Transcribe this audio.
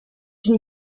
une